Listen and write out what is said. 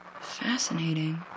Fascinating